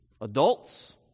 adults